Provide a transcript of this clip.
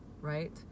right